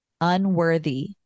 unworthy